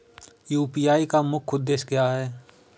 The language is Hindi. यू.पी.आई का मुख्य उद्देश्य क्या है?